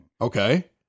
Okay